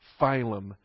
phylum